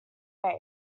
base